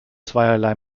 zweierlei